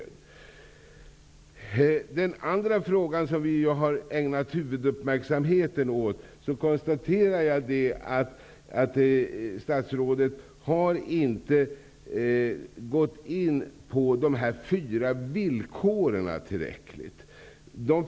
När det gäller den andra frågan som vi har ägnat huvuduppmärksamheten åt konstaterar jag att statsrådet inte har gått in tillräckligt på de fyra villkoren.